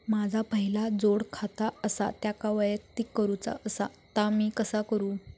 माझा पहिला जोडखाता आसा त्याका वैयक्तिक करूचा असा ता मी कसा करू?